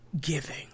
giving